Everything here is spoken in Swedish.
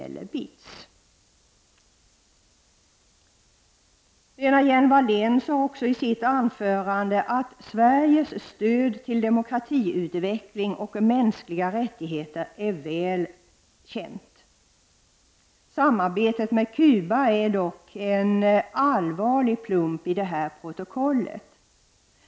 Lena Hjelm-Wallén sade också i sitt anförande att Sveriges stöd till demokratiutveckling och mänskliga rättigheter är väl känt. Samarbetet med Cuba är dock en allvarlig plump i det protokollet.